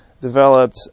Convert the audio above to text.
developed